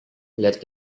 melihat